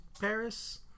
Paris